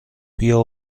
بیا